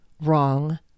wrong